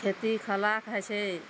खेती खलाके होइ छै